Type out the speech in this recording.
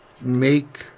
make